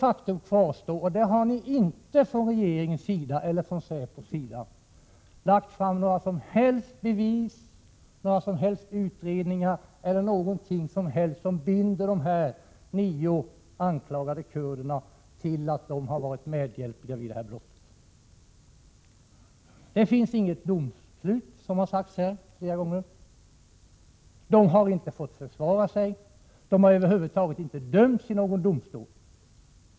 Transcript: Faktum kvarstår, och det har inte från regeringens eller säpos sida lagts fram några som helst bevis eller utredningar eller över huvud taget någonting som binder de nio anklagade kurderna till att ha varit medhjälpliga vid detta brott. Som här har sagts flera gånger, har de inte fått försvara sig — ja, de har över huvud taget inte dömts i någon domstol.